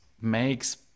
makes